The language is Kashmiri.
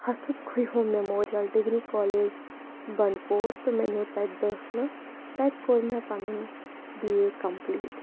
ہسَک کھہوٗم میموریَل ڈِگری کالیج بَنٛڈٕپور تہٕ مےٚ نِیٛوٗ تَتہِ دٲخلہِ تَتہِ کوٚر مےٚ پَنُن بی اے کَمپُلیٖٹ